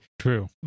True